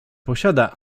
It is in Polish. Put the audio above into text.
posiada